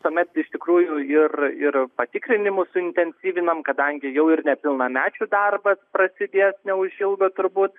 tuomet iš tikrųjų ir ir patikrinimus suintensyvinam kadangi jau ir nepilnamečių darbas prasidės neužilgo turbūt